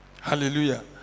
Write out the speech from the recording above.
hallelujah